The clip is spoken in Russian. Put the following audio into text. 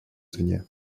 извне